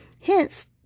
Hence